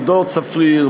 עידו צפריר,